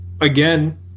again